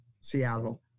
Seattle